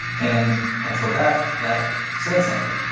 and and so, that that said something.